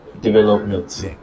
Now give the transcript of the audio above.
development